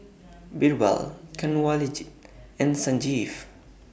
Birbal Kanwaljit and Sanjeev